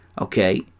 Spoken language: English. Okay